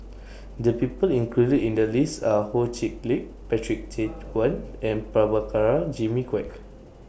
The People included in The list Are Ho Chee Lick Patrick Tay Teck Guan and Prabhakara Jimmy Quek